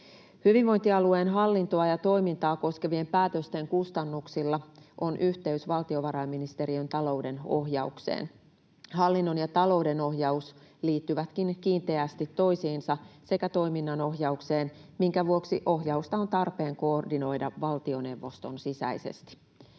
Hyvinvointialueen hallintoa ja toimintaa koskevien päätösten kustannuksilla on yhteys valtiovarainministeriön talouden ohjaukseen. Hallinnon ohjaus ja talouden ohjaus liittyvätkin kiinteästi toisiinsa sekä toiminnan ohjaukseen, minkä vuoksi ohjausta on tarpeen koordinoida valtioneuvoston sisäisesti.